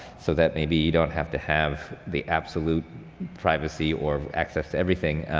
so that maybe you don't have to have the absolute privacy or access to everything.